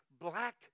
Black